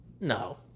No